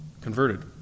converted